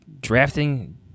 drafting